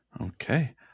Okay